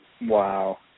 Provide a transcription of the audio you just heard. Wow